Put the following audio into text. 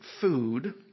food